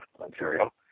Ontario